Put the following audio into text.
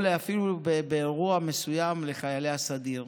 או אפילו, באירוע מסוים, לחיילי הסדיר.